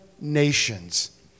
nations